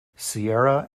sierra